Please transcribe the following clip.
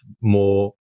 more